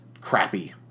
crappy